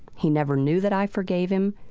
he never knew that i forgave him,